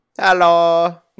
hello